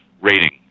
rating